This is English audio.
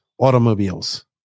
automobiles